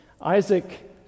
Isaac